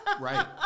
right